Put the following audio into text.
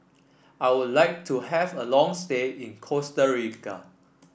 I would like to have a long stay in Costa Rica